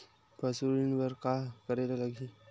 पशु ऋण बर का करे ला लगही?